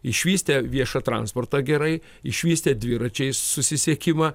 išvystė viešą transportą gerai išvystė dviračiais susisiekimą